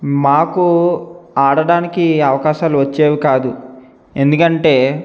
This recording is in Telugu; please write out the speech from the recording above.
మాకు ఆడడానికి అవకాశాలు వచ్చేవి కాదు ఎందుకంటే